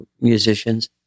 musicians